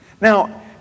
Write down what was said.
Now